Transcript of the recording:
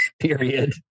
period